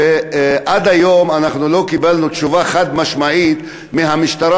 עד היום אנחנו לא קיבלנו תשובה חד-משמעית מהמשטרה